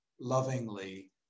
lovingly